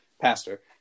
pastor